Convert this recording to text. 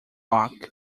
lock